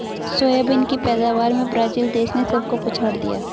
soybean की पैदावार में ब्राजील देश ने सबको पछाड़ दिया